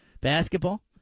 basketball